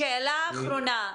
שאלה אחרונה.